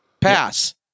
pass